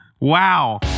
Wow